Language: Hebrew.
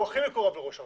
הוא הכי מקורב לראש הרשות.